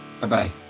Bye-bye